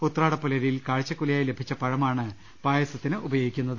ഉത്രാടപ്പുലരിയിൽ കാഴ്ചക്കുലയായി ലഭിച്ച പഴ മാണ് പായസത്തിന് ഉപയോഗിക്കുന്നത്